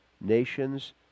nations